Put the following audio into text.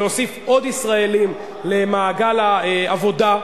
להוסיף עוד ישראלים למעגל העבודה,